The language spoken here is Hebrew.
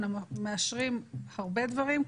אנחנו מאשרים הרבה דברים,